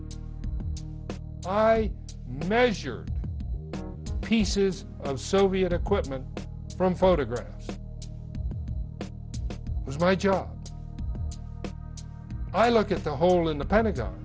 so i measured pieces of soviet equipment from photographs was my job i look at the hole in the pentagon